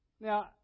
Now